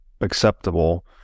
acceptable